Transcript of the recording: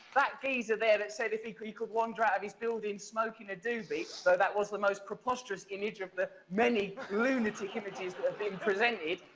that geezer there that said if he could he could wander out of his building smoking a doobie, so that that was the most preposterous image of the many lunatic images that have been presented.